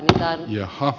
meni minuutti